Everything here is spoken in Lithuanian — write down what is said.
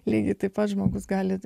lygiai taip pat žmogus gali